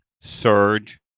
surge